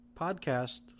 podcast